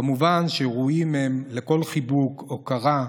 כמובן שראויים הם לכל חיבוק, הוקרה,